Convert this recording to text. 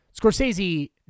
Scorsese